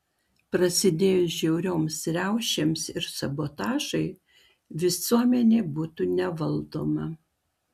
prasidėjus žiaurioms riaušėms ir sabotažui visuomenė būtų nevaldoma